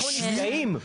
אנחנו נפגעים.